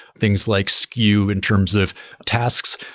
things like skew in terms of tasks,